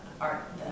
art